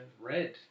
red